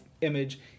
image